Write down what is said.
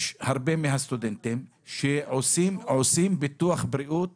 הרבה מהסטודנטים עושים ביטוח בריאות